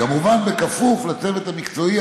כמובן בכפוף לצוות המקצועי,